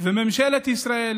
וממשלת ישראל